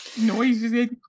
noises